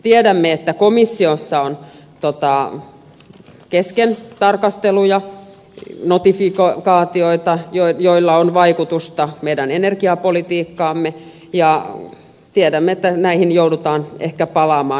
tiedämme että komissiossa on kesken tarkasteluja notifikaatioita joilla on vaikutusta meidän energiapolitiikkaamme ja tiedämme että näihin joudutaan ehkä palaamaan